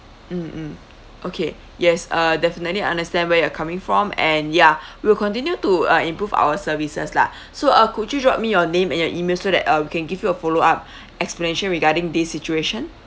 mm mm okay yes uh definitely understand where you're coming from and ya we'll continue to uh improve our services lah so uh could you drop me your name and your email so that uh we can give you a follow up explanation regarding this situation